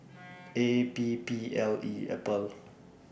A P P L E Apple